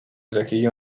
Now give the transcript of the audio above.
ذكي